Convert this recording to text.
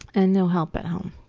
and no help at home.